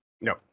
No